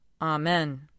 Amen